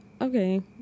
okay